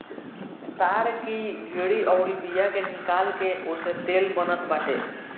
ताड़ की गरी अउरी बिया के निकाल के ओसे तेल बनत बाटे